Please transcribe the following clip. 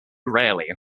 rarely